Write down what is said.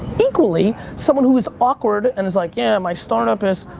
equally, someone who is awkward and is like, yeah my startup is,